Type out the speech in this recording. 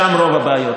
שם רוב הבעיות,